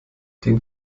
den